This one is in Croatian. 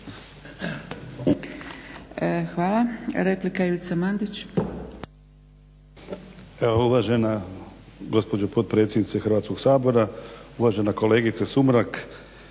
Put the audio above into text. na repliku Ivica Mandić.